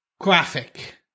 graphic